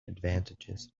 advantages